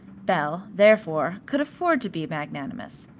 belle, therefore, could afford to be magnanimous.